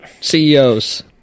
CEOs